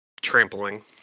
Trampling